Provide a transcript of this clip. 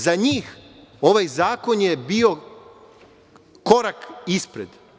Za njih ovaj zakon je bio korak ispred.